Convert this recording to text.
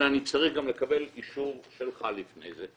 אלא אני צריך גם לקבל אישור שלך לפני זה.